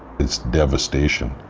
it's devastation,